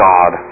God